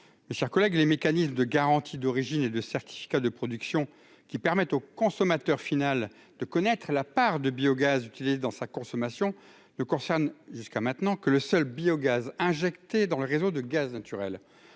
Mes chers collègues, les mécanismes de garanties d'origine et de certificat de production, qui permettent au consommateur final de connaître la part de biogaz utilisée dans sa consommation, ne concernent, jusqu'à maintenant, que le seul biogaz injecté dans le réseau de gaz naturel.